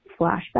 flashback